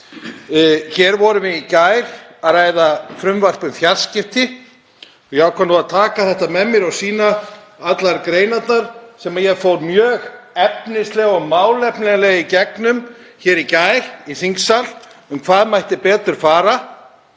Hér vorum við í gær að ræða frumvarp um fjarskipti. Ég ákvað nú að taka þetta með mér og sýna allar greinarnar sem ég fór mjög efnislega og málefnalega í gegnum hér í þingsal í gær um hvað mætti betur fara.